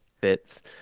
fits